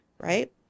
right